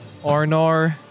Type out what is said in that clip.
Arnor